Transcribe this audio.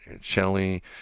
Shelly